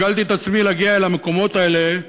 הרגלתי את עצמי להגיע אל המקומות האלה,